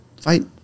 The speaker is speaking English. Fight